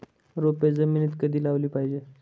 रोपे जमिनीत कधी लावली पाहिजे?